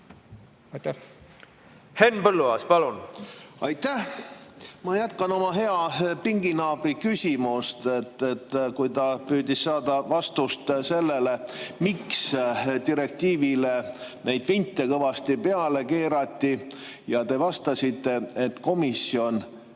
palun! Henn Põlluaas, palun! Aitäh! Ma jätkan oma hea pinginaabri küsimust. Kui ta püüdis saada vastust sellele, miks direktiivile kõvasti vinti peale keerati, siis te vastasite, et komisjon